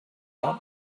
out